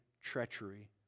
treachery